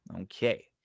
Okay